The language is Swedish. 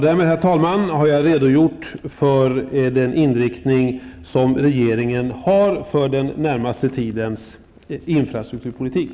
Därmed, herr talman, har jag redogjort för den inriktning som regeringen har för den närmaste tidens infrastrukturpolitik.